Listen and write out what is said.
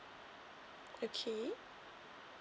okay